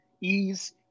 ease